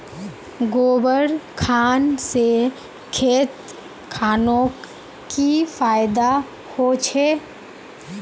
गोबर खान से खेत खानोक की फायदा होछै?